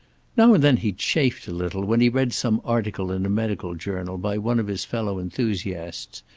now and then he chafed a little when he read some article in a medical journal by one of his fellow enthusiasts,